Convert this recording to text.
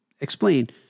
Explain